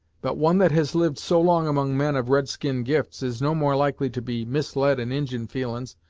but one that has lived so long among men of red-skin gifts, is no more likely to be misled in injin feelin's,